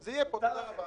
זה יהיה פה, תודה רבה.